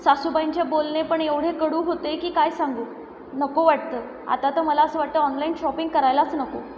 सासूबाईंचे बोलणे पण एवढे कडू होते की काय सांगू नको वाटतं आता तर मला असं वाटतं ऑनलाईन शॉपिंग करायलाच नको